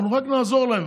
אנחנו רק נעזור להם.